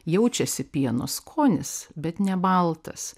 jaučiasi pieno skonis bet ne baltas